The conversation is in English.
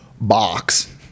box